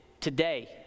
today